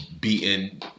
beaten